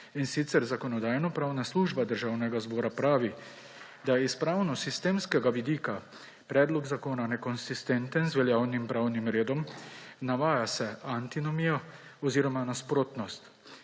in sicer Zakonodajno-pravna služba Državnega zbora pravi, da s pravnosistemskega vidika predlog zakona nekonsistenten z veljavnimi pravnim redom. Navaja se antinomijo oziroma nasprotnost